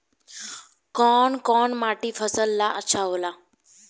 कौन कौनमाटी फसल ला अच्छा होला?